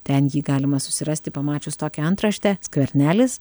ten jį galima susirasti pamačius tokią antraštę skvernelis